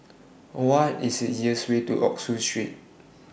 What IS The easiest Way to Oxford Street